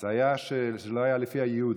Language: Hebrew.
זה לא היה לפי הייעוד.